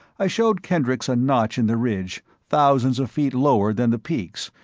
i showed kendricks a notch in the ridge, thousands of feet lower than the peaks,